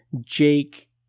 Jake